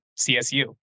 CSU